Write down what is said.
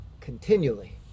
continually